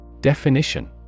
Definition